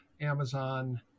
Amazon